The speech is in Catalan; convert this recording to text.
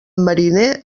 mariner